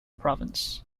province